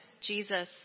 Jesus